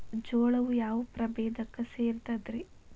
ಜೋಳವು ಯಾವ ಪ್ರಭೇದಕ್ಕ ಸೇರ್ತದ ರೇ?